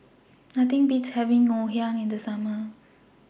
Nothing Beats having Ngoh Hiang in The Summer